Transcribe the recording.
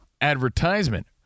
advertisement